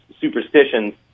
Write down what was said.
superstitions